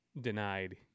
denied